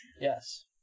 Yes